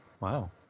Wow